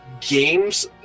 games